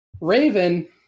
Raven